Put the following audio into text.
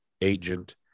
agent